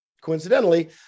Coincidentally